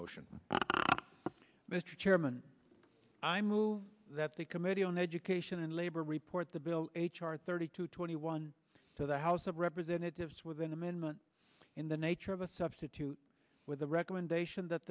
motion mr chairman i move that the committee on education and labor report the bill h r thirty two twenty one to the house of representatives with an amendment in the nature of a substitute with a recommendation that